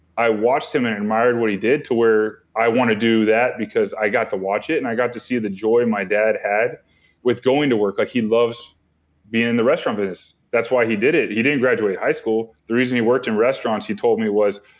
i watched him and admired what he did to where i want to do that because i got to watch it and i got to see the joy my dad had with going to work. like he loves being in the restaurant business. that's why he did it. he didn't graduate high school the reason he worked in restaurants he told me was,